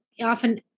often